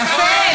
יפה.